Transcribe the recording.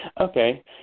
Okay